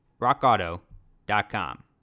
rockauto.com